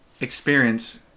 experience